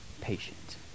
patient